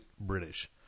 British